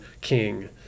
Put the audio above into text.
king